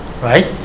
Right